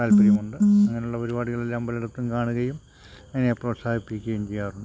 താൽപ്പര്യമുണ്ട് അങ്ങനുള്ള പരിപാടികളെല്ലാം പലയിടത്തും കാണുകയും അതിനെ പ്രോത്സാഹിപ്പിക്കുകയും ചെയ്യാറുണ്ട്